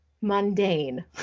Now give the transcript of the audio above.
mundane